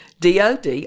DOD